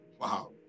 Wow